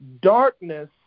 darkness